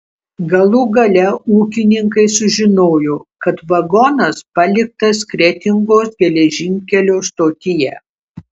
galų gale ūkininkai sužinojo kad vagonas paliktas kretingos geležinkelio stotyje